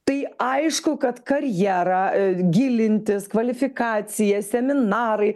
tai aišku kad karjera gilintis kvalifikacija seminarai